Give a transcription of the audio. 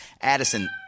Addison